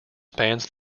spans